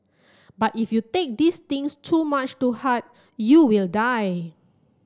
but if you take these things too much to heart you will die